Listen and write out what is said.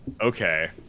Okay